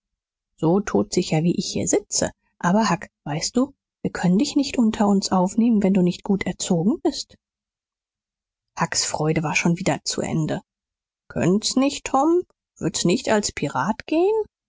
so todsicher wie ich hier sitze aber huck weißt du wir können dich nicht unter uns aufnehmen wenn du nicht gut erzogen bist hucks freude war schon wieder zu ende könnt's nicht tom würd's nicht als pirat gehn